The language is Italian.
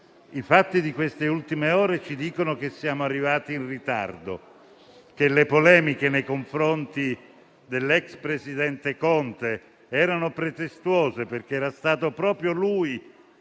I fatti di queste ultime ore ci dicono che siamo arrivati in ritardo e che le polemiche nei confronti dell'ex presidente Conte erano pretestuose, perché era stato proprio lui